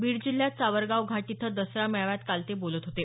बीड जिल्ह्यात सावरगाव घाट इथं दसरा मेळाव्यात काल ते बोलत होते